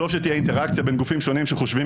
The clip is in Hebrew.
טוב שתהיה אינטראקציה בין גופים שונים שחושבים